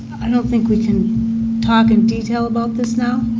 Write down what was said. i don't think we can talk in detail about this now.